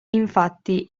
infatti